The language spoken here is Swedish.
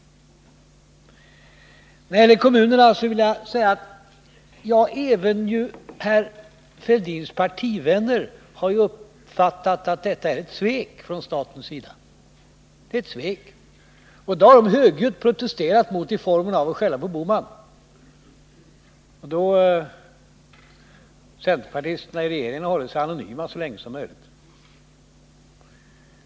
När det gäller kommunerna vill jag säga att även herr Fälldins partivänner har uppfattat att det halverade statsbidraget är ett svek från statens sida, och de har högljutt protesterat i formen av att skälla på Gösta Bohman. Centerpartisterna i regeringen har hållit sig anonyma så länge som möjligt.